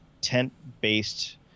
tent-based